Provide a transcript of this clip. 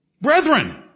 Brethren